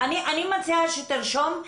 אני מציעה שתרשום,